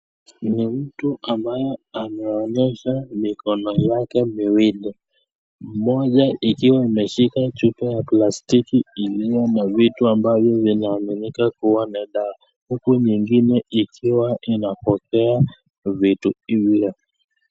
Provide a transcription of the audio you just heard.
Ni mtu ambaye ameonyesha mikono yake miwili. Mmoja ikiwa imeshika chupa ya plastiki iliyo na vitu ambavyo inaamika kua na dawa huku nyingine ikiwa inapokea vitu hivo.